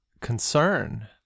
concern